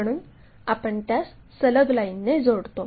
म्हणून आपण त्यास सलग लाईनने जोडतो